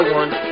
one